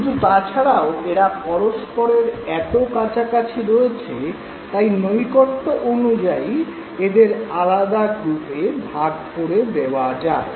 কিন্তু তাছাড়াও এরা পরস্পরের এত কাছাকাছি রয়েছে তাই নৈকট্য অনুযায়ী এদের আলাদা গ্রুপে ভাগ করে দেওয়া যায়